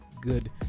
good